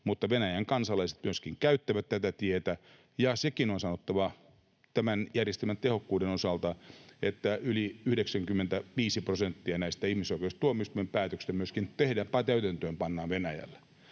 mutta Venäjän kansalaiset myöskin käyttävät tätä tietä. Sekin on sanottava tämän järjestelmän tehokkuuden osalta, että yli 95 prosenttia näistä ihmisoikeustuomioistuimen päätöksistä myöskin pannaan täytäntöön Venäjällä.